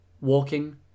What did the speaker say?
Walking